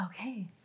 okay